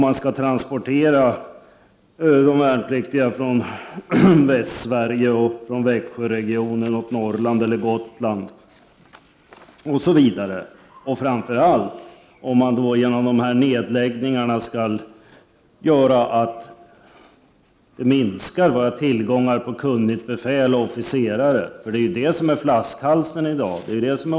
Man skall transportera de värnpliktiga från Västsverige och Växjöregionen till Norrland eller Gotland, osv. Framför allt gör de här nedläggningarna att vi minskar tillgången på kunnigt befäl. Det är ju där flaskhalsen finns i dag.